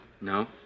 No